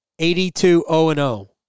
82-0-0